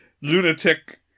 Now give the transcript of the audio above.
lunatic